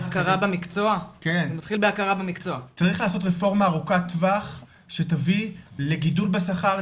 צריך לעשות רפורמה ארוכת טווח שתביא לגידול בשכר,